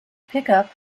pickup